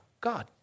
God